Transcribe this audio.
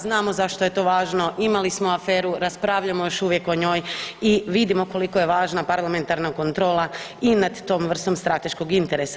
Znamo zašto je to važno, imali smo aferu, raspravljamo još uvijek o njoj i vidimo koliko je važna parlamentarna kontrola i nad tom vrstom strateškog interesa.